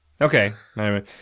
Okay